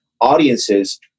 audiences